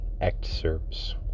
excerpts